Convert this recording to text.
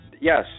Yes